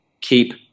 keep